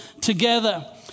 together